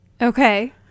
Okay